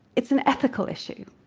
it's an ethical issue.